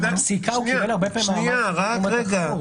בפסיקה הוא קיבל הרבה פעמים מעמד --- חד משמעית.